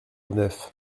neuf